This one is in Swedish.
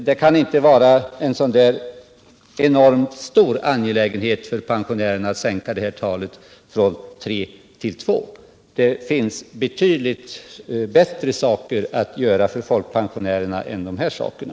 Det kan inte vara så enormt angeläget för pensionärerna att sänka detta tal från 3 till 2 — det finns annat betydligt bättre man kan göra för dem än detta.